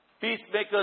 Peacemakers